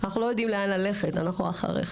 אנחנו לא יודעים לאן ללכת, אנחנו אחריך.